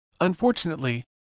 Unfortunately